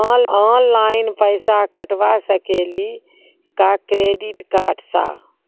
Online पैसा कटवा सकेली का क्रेडिट कार्ड सा?